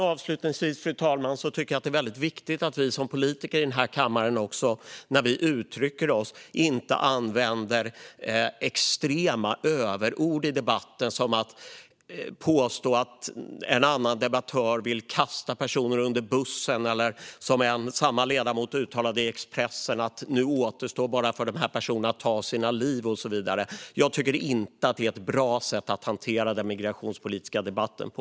Avslutningsvis, fru talman, tycker jag att det är väldigt viktigt att vi som politiker i den här kammaren när vi uttrycker oss inte använder extrema överord i debatten, som att påstå att en annan debattör vill kasta personer under bussen eller, vilket samma ledamot uttalade i Expressen, att det för de här personerna nu bara återstår att ta sina liv. Jag tycker inte att detta är ett bra sätt att hantera den migrationspolitiska debatten på.